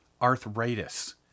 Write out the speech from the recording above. Arthritis